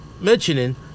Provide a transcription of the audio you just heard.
mentioning